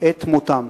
את מותם.